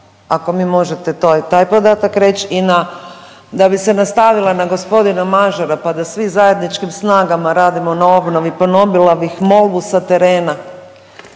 ako mi možete taj podatak reći. I na, da bi se nastavila na gospodina Mažara pa da svi zajedničkim snagama radimo na obnovi ponovila bih molbu sa terena.